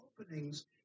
openings